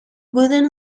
wooden